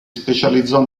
specializzò